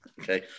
okay